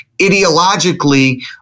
ideologically